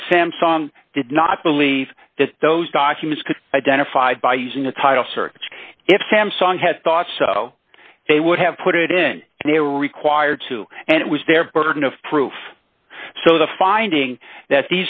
that samsung did not believe that those documents could identified by using the title search if samsung had thought so they would have put it in and they were required to and it was their burden of proof so the finding that